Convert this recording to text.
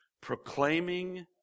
proclaiming